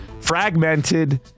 fragmented